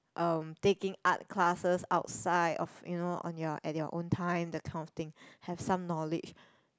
um taking art classes outside of you know on your at your own time that kind of thing have some knowledge